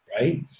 right